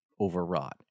overwrought